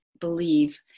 believe